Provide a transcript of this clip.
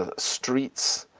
ah streets,